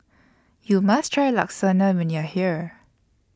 YOU must Try Lasagna when YOU Are here